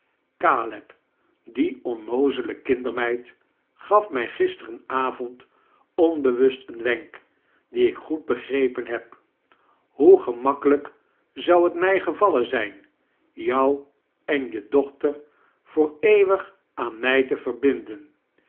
caleb die onnoazele kindermeid gaf mij gisteren avond ombewust een wenk dien ik goed begrepen heb hoe gemakkelijk z u t mij gevallen zijn jou en je doohter voor eeuwig aan mij te verbinden